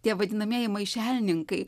tie vadinamieji maišelninkai